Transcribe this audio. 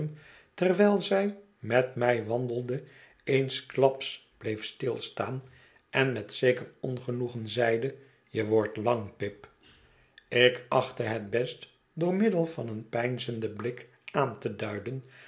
terwijl zij met mij wandelde eensklaps bleef stilstaan en met zeker ongenoegen zeide je wordt lang pip ik achtte het best door middel van een peinzenden blik aan te duiden